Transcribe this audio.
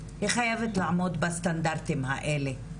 היא חייבת לעמוד בסטנדרטים האלה.